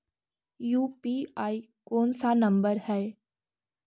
UPI कोन सा number हैं?